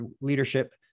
leadership